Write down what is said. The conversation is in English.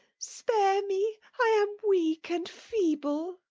spare me! i am weak and feeble.